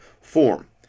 form